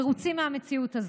מרוצים מהמציאות הזאת?